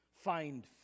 find